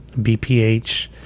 BPH